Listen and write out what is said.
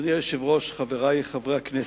אדוני היושב-ראש, חברי חברי הכנסת,